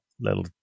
little